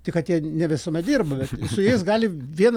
tik kad jie ne visuomet dirba su jais gali viena